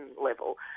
level